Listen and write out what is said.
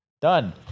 Done